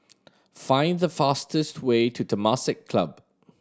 find the fastest way to Temasek Club